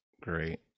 great